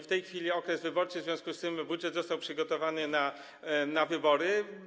W tej chwili jest okres wyborczy, w związku z tym budżet został przygotowany na wybory.